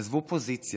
עזבו פוזיציה.